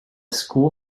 school